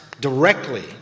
directly